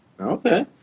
Okay